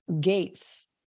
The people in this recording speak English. gates